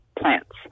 plants